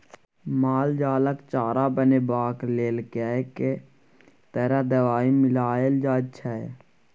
माल जालक चारा बनेबाक लेल कैक तरह दवाई मिलाएल जाइत छै